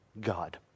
God